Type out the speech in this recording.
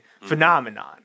phenomenon